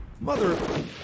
Mother